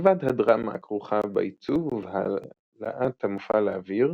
מלבד הדרמה הכרוכה בעיצוב ובהעלאת המופע לאוויר,